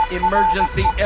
emergency